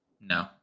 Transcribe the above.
No